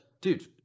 dude